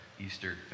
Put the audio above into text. Easter